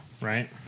right